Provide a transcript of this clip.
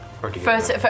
First